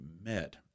met